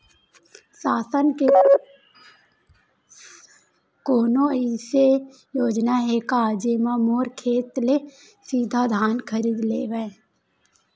शासन के कोनो अइसे योजना हे का, जेमा मोर खेत ले सीधा धान खरीद लेवय?